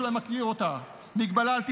מגבלה נוספת,